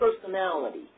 personality